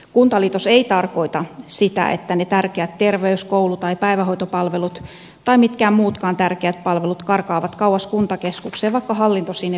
kuntaliitos ei tarkoita sitä että ne tärkeät terveys koulu tai päivähoitopalvelut tai mitkään muutkaan tärkeät palvelut karkaavat kauas kuntakeskukseen vaikka hallinto sinne vietäisiinkin